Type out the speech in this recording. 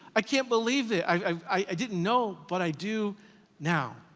i can't believe that i didn't know, but i do now.